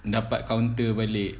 dapat counter balik